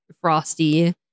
frosty